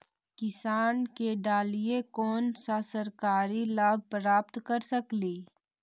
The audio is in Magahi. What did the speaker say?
किसान के डालीय कोन सा सरकरी लाभ प्राप्त कर सकली?